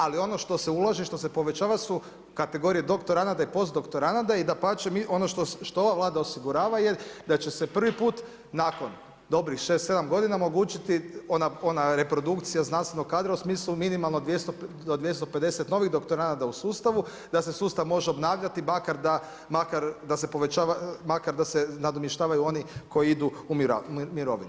Ali ono što se ulaže i što se povećava su kategorije doktoranada i post doktoranada i dapače ono što ova Vlada osigurava je da će se prvi put nakon dobrih šest, sedam godina omogućiti ona reprodukcija znanstvenog kadra u smislu minimalno do 250 novih doktoranada u sustavu, da se sustav može obnavljati makar da se povećava, makar da se nadomještavaju oni koji idu u mirovinu.